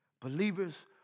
Believers